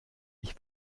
ich